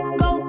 go